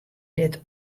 dit